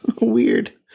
Weird